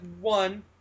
one